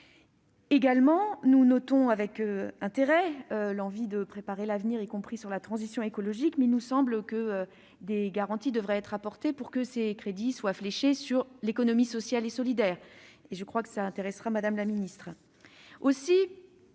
Si nous notons avec intérêt l'envie de préparer l'avenir, y compris en termes de transition écologique, il nous semble que des garanties devraient être apportées pour que ces crédits soient fléchés vers l'économie sociale et solidaire, sujet qui intéressera sans doute